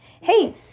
Hey